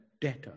debtor